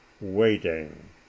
waiting